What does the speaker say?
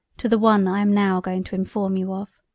to the one i am now going to inform you of.